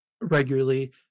regularly